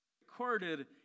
recorded